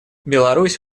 беларусь